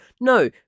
no